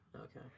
Okay